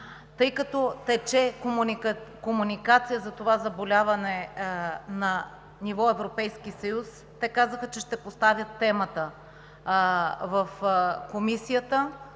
тъй като тече комуникация за това заболяване на ниво Европейски съюз, те казаха, че ще поставят темата в Комисията